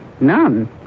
None